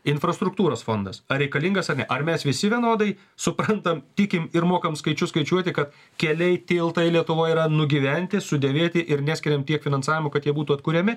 infrastruktūros fondas ar reikalingas ar ne ar mes visi vienodai suprantam tikim ir mokam skaičius skaičiuoti kad keliai tiltai lietuvoj yra nugyventi sudėvėti ir neskiriam tiek finansavimo kad jie būtų atkuriami